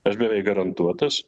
aš beveik garantuotas